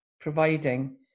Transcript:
providing